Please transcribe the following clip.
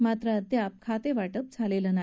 मात्र अद्याप खातेवाटप झालेलं नाही